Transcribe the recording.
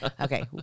Okay